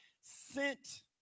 sent